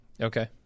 Okay